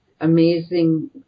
amazing